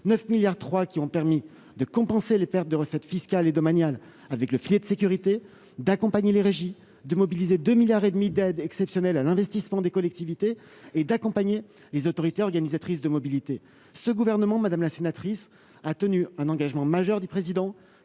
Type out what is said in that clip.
9 milliards 3 qui ont permis de compenser les pertes de recettes fiscales et domanial avec le filet de sécurité, d'accompagner les régies de mobiliser 2 milliards et demi d'aide exceptionnel à l'investissement des collectivités et d'accompagner les autorités organisatrices de mobilité ce gouvernement madame la sénatrice a tenu un engagement majeur du président,